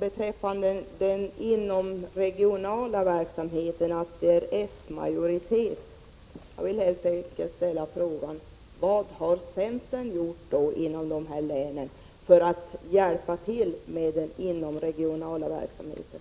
beträffande den inomregionala verksamheten att det är s-majoritet. Jag vill helt enkelt ställa en fråga: Vad har centern gjort inom dessa län för att hjälpa till med den inomregionala verksamheten?